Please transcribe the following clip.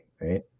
right